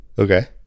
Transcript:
Okay